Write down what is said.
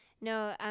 no